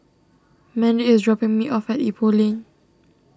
Mendy is dropping me off at Ipoh Lane